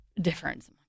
difference